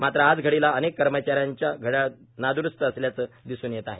मात्र आजघडीला अनेक कर्मचा यांच्या घड्याळ नादरस्त असल्याचे दिसून येत आहे